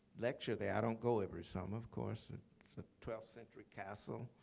lecture there. i don't go every summer, of course. it's a twelfth century castle,